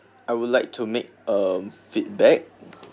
I would like to make um feedback